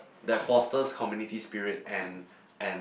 that fosters community spirit and and